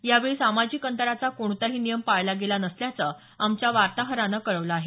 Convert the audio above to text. यावेळी सामाजिक अंतराचा कोणताही नियम पाळला गेला नसल्याचं आमच्या वार्ताहरानं कळवलं आहे